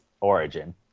Origin